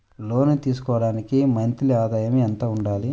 లోను తీసుకోవడానికి మంత్లీ ఆదాయము ఎంత ఉండాలి?